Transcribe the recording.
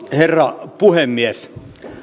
herra puhemies